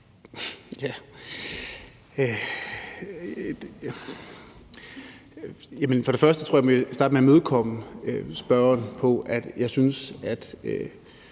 og fremmest tror jeg, at jeg må starte med at imødekomme spørgeren. Jeg synes,